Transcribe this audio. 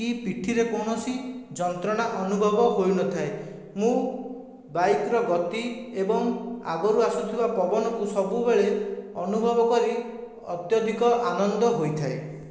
କି ପିଠିରେ କୌଣସି ଯନ୍ତ୍ରଣା ଅନୁଭବ ହୋଇନଥାଏ ମୁଁ ବାଇକ୍ର ଗତି ଏବଂ ଆଗରୁ ଆସୁଥିବା ପବନକୁ ସବୁବେଳେ ଅନୁଭବ କରି ଅତ୍ୟଧିକ ଆନନ୍ଦ ହୋଇଥାଏ